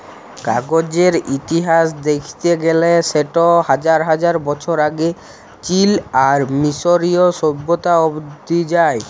কাগজের ইতিহাস দ্যাখতে গ্যালে সেট হাজার হাজার বছর আগে চীল আর মিশরীয় সভ্যতা অব্দি যায়